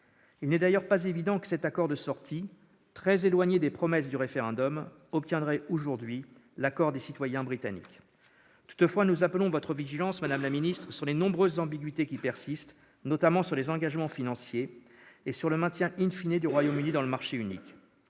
Il n'est d'ailleurs pas évident que cet accord de sortie, très éloigné des promesses du référendum, obtiendrait aujourd'hui l'accord des citoyens britanniques. Toutefois, madame la ministre, nous appelons votre vigilance sur les nombreuses ambiguïtés qui persistent, notamment sur les engagements financiers et sur le maintien du Royaume-Uni dans le marché unique.